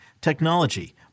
technology